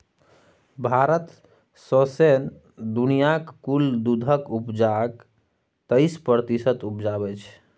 भारत सौंसे दुनियाँक कुल दुधक उपजाक तेइस प्रतिशत उपजाबै छै